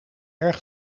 erg